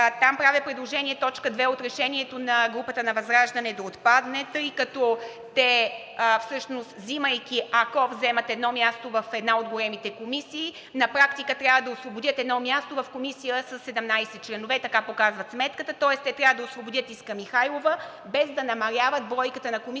Там правя предложение точка 2 от решението на групата на ВЪЗРАЖДАНЕ да отпадне, тъй като те всъщност, ако вземат едно място в една от големите комисии, на практика трябва да освободят едно място в комисия със 17 членове – така показва сметката. Тоест те трябва да освободят Искра Михайлова, без да намаляват бройката на Комисията